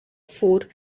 four